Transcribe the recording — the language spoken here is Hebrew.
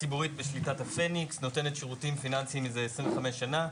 כמה פרטים אני צריך להזין כדי לעשות העברה בנקאית,